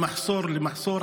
ממחסור למחסור,